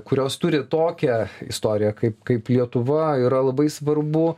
kurios turi tokią istoriją kaip kaip lietuva yra labai svarbu